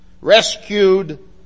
rescued